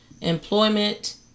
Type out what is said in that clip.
Employment